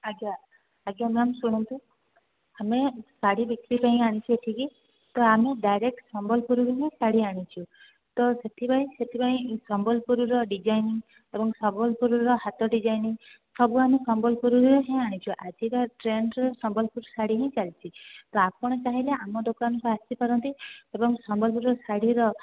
ଆଜ୍ଞା ଆଜ୍ଞା ମ୍ୟାମ୍ ଶୁଣନ୍ତୁ ଆମେ ଶାଢ଼ୀ ବିକ୍ରୀ ପାଇଁ ଆଣିଛେ ଏଠିକି ତ ଆମେ ଡାଇରେକ୍ଟ୍ ସମ୍ବଲପୁରରୁ ହିଁ ଶାଢ଼ୀ ଆଣିଛୁ ତ ସେଥିପାଇଁ ସେଥିପାଇଁ ସମ୍ବଲପୁରର ଡିଜାଇନିଙ୍ଗ ଏବଂ ସମ୍ବଲପୁରର ହାତ ଡିଜାଇନିଙ୍ଗ ସବୁ ଆମେ ସମ୍ବଲପୁରରୁ ହିଁ ଆଣିଛୁ ଆଜିର ଟ୍ରେଣ୍ଡ୍ରେ ସମ୍ବଲପୁରୀ ଶାଢ଼ୀ ହିଁ ଚାଲିଛି ତ ଆପଣ ଚାହିଁଲେ ଆମ ଦୋକାନକୁ ଆସି ପାରନ୍ତି ଏବଂ ସମ୍ବଲପୁରୀ ଶାଢ଼ୀର